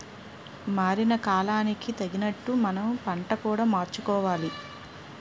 మారిన కాలానికి తగినట్లు మనం పంట కూడా మార్చుకోవాలి